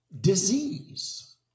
disease